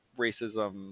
racism